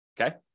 okay